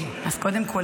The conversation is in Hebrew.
אז קודם כול,